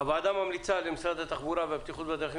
הוועדה ממליצה למשרד התחבורה והבטיחות בדרכים